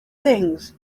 things